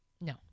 No